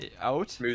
out